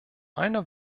einer